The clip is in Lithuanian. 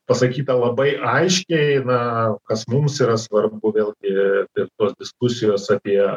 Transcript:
pasakyta labai aiškiai na kas mums yra svarbu vėlgi tos diskusijos apie